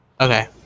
Okay